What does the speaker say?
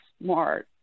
more –